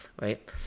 right